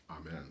Amen